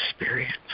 experience